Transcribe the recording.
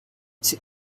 sie